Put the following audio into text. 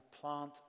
plant